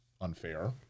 unfair